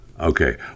Okay